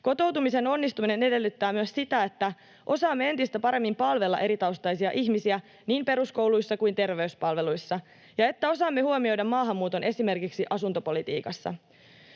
Kotoutumisen onnistuminen edellyttää myös sitä, että osaamme entistä paremmin palvella eritaustaisia ihmisiä niin peruskouluissa kuin terveyspalveluissa ja että osaamme huomioida maahanmuuton esimerkiksi asuntopolitiikassa.